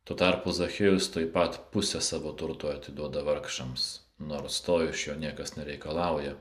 tuo tarpu zachiejus tuoj pat pusę savo turto atiduoda vargšams nors to iš jo niekas nereikalauja